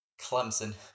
Clemson